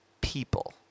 people